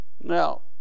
Now